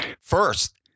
First